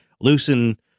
loosen